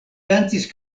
dancis